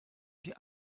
die